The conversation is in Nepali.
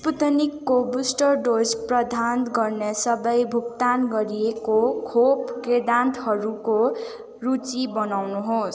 स्पुतनिकको बुस्टर डोज प्रदान गर्ने सबै भुक्तान गरिएको खोप केन्द्रहरूको सूची बनाउनुहोस्